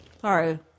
sorry